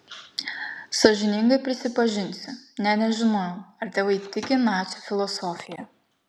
sąžiningai prisipažinsiu nė nežinojau ar tėvai tiki nacių filosofija